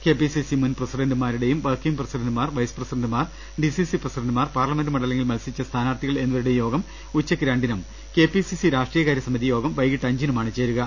KPCC മുൻ പ്രസിഡന്റുമാരുടേയും working പ്രസിഡന്റുമാർ വൈസ് പ്രസിഡന്റുമാർ ഡിസിസി പ്രസിഡന്റുമാർ പാർലമെന്റ് മണ്ഡ ലങ്ങളിൽ മത്സരിച്ച സ്ഥാനാർത്ഥികൾ എന്നിവരുടെ യോഗം ഉച്ചക്ക് രണ്ടിനും കെപിസിസി രാഷ്ട്രീയ കാര്യ സമിതി യോഗം വൈകീട്ട് അഞ്ചിനുമാണ് ചേരുക